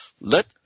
Let